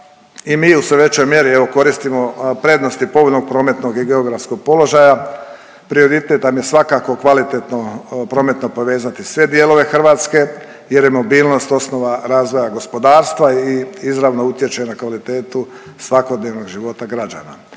i mi u sve većoj mjeri evo koristimo prednosti povoljnog prometnog i geografskog položaja. Prioritet nam je svakako kvalitetno prometno povezati sve dijelove Hrvatske jer je mobilnost osnova razvoja gospodarstva i izravno utječe na kvalitetu svakodnevnog života građana